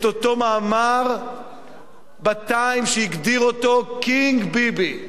את אותו מאמר ב"טיים" שהגדיר אותו "קינג ביבי".